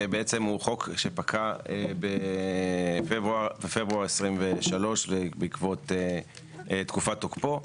שהוא חוק שפקע בפברואר 2023 בעקבות תקופת תוקפו,